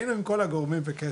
היינו עם כל הגורמים בקשר,